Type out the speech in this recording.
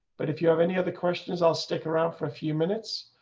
but if you have any other questions, i'll stick around for a few minutes.